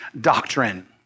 doctrine